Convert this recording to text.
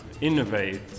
innovate